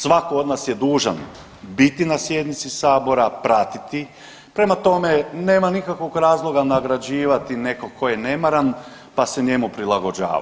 Svatko od nas je dužan biti na sjednici sabora, pratiti, prema tome nema nikakvog razloga nagrađivati netko tko je nemaran pa se njemu prilagođavati.